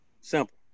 simple